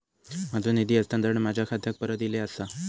माझो निधी हस्तांतरण माझ्या खात्याक परत इले आसा